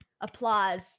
Applause